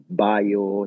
bio